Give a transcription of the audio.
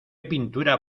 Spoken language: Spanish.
pintura